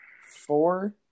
four